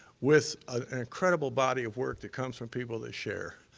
with an incredible body of work that comes from people that share.